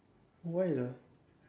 why lah